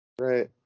Right